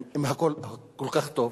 אם הכול כל כך טוב?